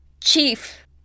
Chief